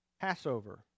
passover